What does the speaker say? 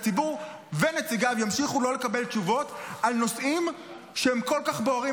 הציבור ונציגיו ימשיכו לא לקבל תשובות על נושאים כל כך בוערים.